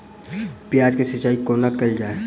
प्याज केँ सिचाई कोना कैल जाए?